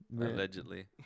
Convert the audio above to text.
Allegedly